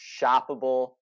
shoppable